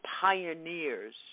pioneers